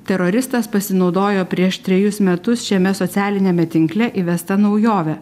teroristas pasinaudojo prieš trejus metus šiame socialiniame tinkle įvesta naujove